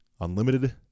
unlimited